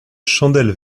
chandelle